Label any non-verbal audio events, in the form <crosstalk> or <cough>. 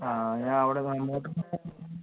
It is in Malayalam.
ആ ഞാൻ അവിടെ വൈകുന്നേരം <unintelligible>